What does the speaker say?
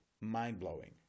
mind-blowing